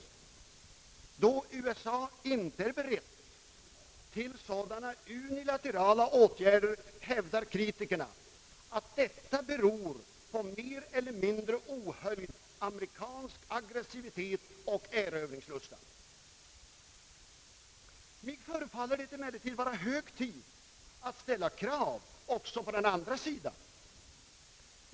Då USA inte är berett till sådana unilaterala åtgärder, hävdar kritikerna att detta beror på mer eller mindre ohöljd amerikansk agressivitet och erövringslusta. Mig förefaller det emellertid vara hög tid att nu ställa krav också på den andra sidan.